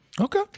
Okay